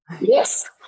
Yes